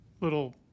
little